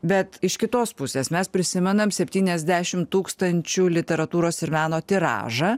bet iš kitos pusės mes prisimenam septyniasdešim tūkstančių literatūros ir meno tiražą